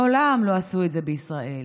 מעולם לא עשו את זה בישראל.